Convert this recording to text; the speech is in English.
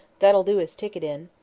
that'll do his ticket in.